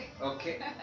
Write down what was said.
Okay